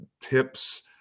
tips